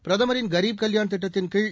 பிரதமரின் கரீப் கல்யாண் திட்டத்தின்கீழ்